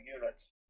units